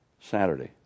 Saturday